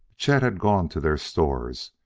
chet had gone to their stores.